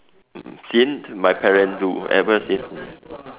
mmhmm seen my parents do ever seen ah